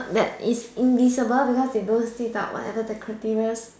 that is invisible because they don't state up whatever the criterias